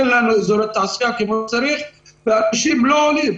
אין לנו אזורי תעשייה כפי שצריך ואנשים לא עונים,